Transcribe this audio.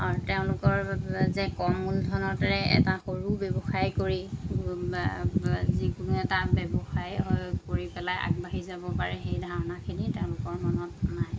অৰ তেওঁলোকৰ যে কম মূলধনতে এটা সৰু ব্যৱসায় কৰি যিকোনো এটা ব্যৱসায় হৈ কৰি পেলাই আগবাঢ়ি যাব পাৰে সেই ধাৰণাখিনি তেওঁলোকৰ মনত নাহে